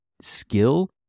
skill